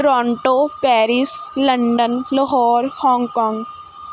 Toronto Paris London Lahore Hong Kong